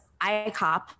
ICOP